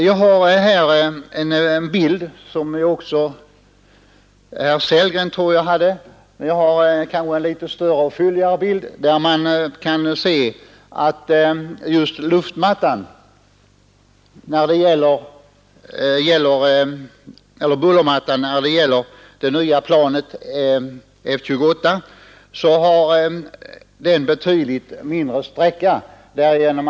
Jag visar på TV-skärmen en bild — jag tror att också herr Sellgren visade en, men jag tror att min bild är litet större och fylligare — där man kan se att just bullermattan när det gäller det nya planet F-28 är betydligt kortare än för de nuvarande planen.